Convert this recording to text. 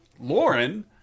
Lauren